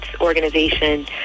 Organization